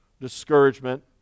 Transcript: discouragement